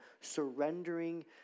surrendering